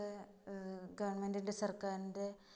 അതൊക്കെ ഗവൺമെൻറിൻ്റെ സർക്കാരിൻ്റെ